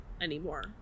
anymore